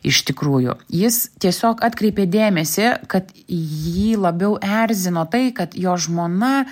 iš tikrųjų jis tiesiog atkreipė dėmesį kad jį labiau erzino tai kad jo žmona